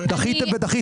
דחיתם ודחיתם.